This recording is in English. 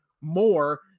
more